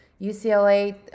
UCLA